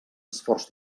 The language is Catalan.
esforç